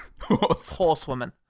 horsewoman